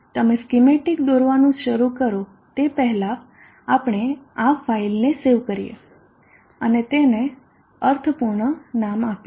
તમે સ્કિમેટીક દોરવાનું શરૂ કરો તે પહેલાં આપણે આ ફાઇલને સેવ કરીએ અને તેને અર્થપૂર્ણ નામ આપીએ